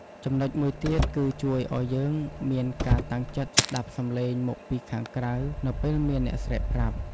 ចំំណុចមួយទៀតគឺជួយឱ្យយើងមានការតាំងចិត្តស្តាប់សម្លេងមកពីខាងក្រៅនៅពេលមានអ្នកស្រែកប្រាប់។